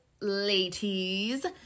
ladies